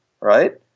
right